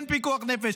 כן פיקוח נפש.